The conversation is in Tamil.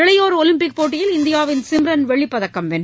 இளையோர் ஒலிம்பிக் போட்டியில் இந்தியாவின் சிம்ரன் வெள்ளிப் பதக்கம் வென்றார்